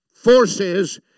forces